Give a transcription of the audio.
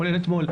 כולל אתמול,